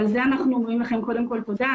על זה אנחנו אומרים לכם קודם כל תודה.